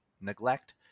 neglect